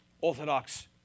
orthodox